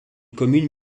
commune